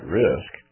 risk